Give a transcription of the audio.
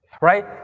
right